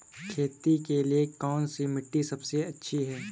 खेती के लिए कौन सी मिट्टी सबसे अच्छी है?